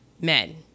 men